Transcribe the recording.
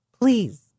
please